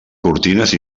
cortines